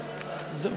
ההסתייגות?